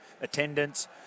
attendance